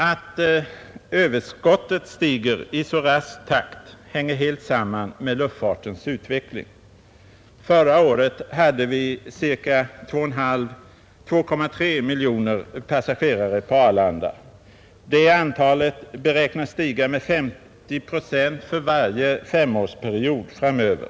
Att överskottet stiger i så rask takt hänger helt samman med luftfartens utveckling. Förra året hade vi ca 2,3 miljoner passagerare på Arlanda. Det antalet beräknas stiga med 50 procent för varje femårsperiod framöver.